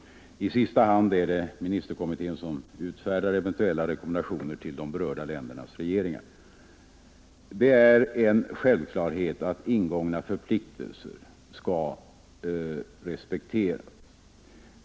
I sista hand är det ministerkommittén som utfärdar eventuella rekommendationer till de berörda ländernas regeringar. Det är en självklarhet att ingångna förpliktelser skall respekteras.